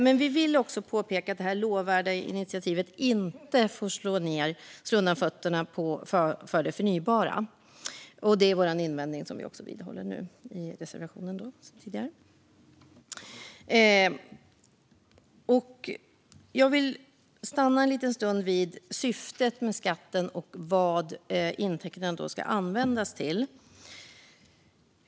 Men vi vill också påpeka att detta lovvärda initiativ inte får slå undan fötterna för det förnybara. Detta är vår invändning i den tidigare reservationen, som vi nu vidhåller och jag yrkar bifall till. Jag vill stanna en liten stund vid syftet med skatten och vad intäkterna ska användas till.